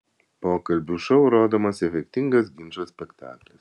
pokalbių šou rodomas efektingas ginčo spektaklis